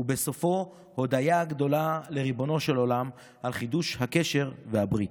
ובסופו הודיה גדולה לריבונו של עולם על חידוש הקשר והברית.